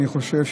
אני חושב,